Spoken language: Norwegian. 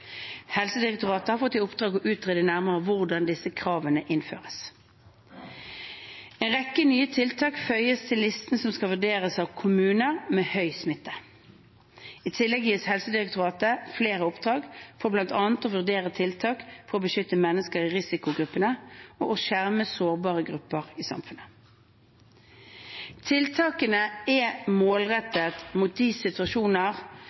Helsedirektoratet har fått i oppdrag å utrede nærmere hvordan disse kravene kan innføres. En rekke nye tiltak føyes til listen som skal vurderes av kommuner med høy smitte. I tillegg gis Helsedirektoratet flere oppdrag, for bl.a. å vurdere tiltak for å beskytte mennesker i risikogruppene og skjerme sårbare grupper i samfunnet. Tiltakene er